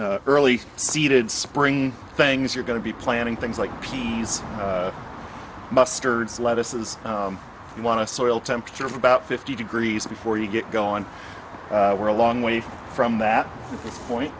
the early seeded spring things are going to be planning things like peas mustards lettuces you want to soil temperature of about fifty degrees before you get going we're a long way from that point